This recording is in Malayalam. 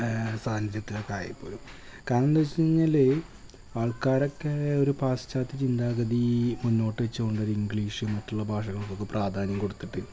സാന്നിധ്യത്തിലൊക്കെയായി പോലും കാരണമെന്താണെന്നു വെച്ചു കഴിഞ്ഞാൽ ആൾക്കാരൊക്കേ ഒരു പാശ്ചാത്യ ചിന്താഗതീ മുന്നോട്ടു വെച്ചു കൊണ്ടൊരു ഇംഗ്ലീഷ് മറ്റുള്ള ഭാഷകൾക്കൊക്കെ പ്രാധാന്യം കൊടുത്തിട്ടുട്ട്